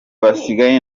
basangiye